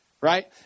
Right